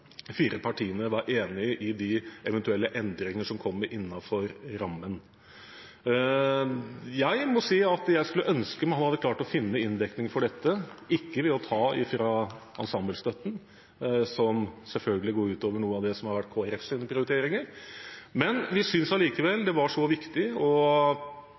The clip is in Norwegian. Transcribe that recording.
fire partiene være enig i de eventuelle endringene som kommer innenfor rammen. Jeg må si at jeg skulle ønske man hadde klart å finne inndekning for dette ikke ved å ta fra ensemblestøtten, som selvfølgelig går ut over noe av det som har vært Kristelig Folkepartis prioriteringer. Men vi synes likevel det var så viktig